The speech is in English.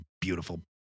beautiful